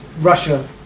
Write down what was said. Russia